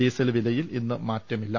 diesel വിലയിൽ ഇന്ന് മാറ്റമില്ല